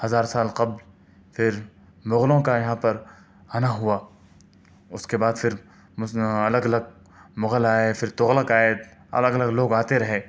ہزار سال قبل پھر مغلوں کا یہاں پر آنا ہوا اس کے بعد پھر الگ الگ مغل آئے پھر تغلق آئے الگ الگ لوگ آتے رہے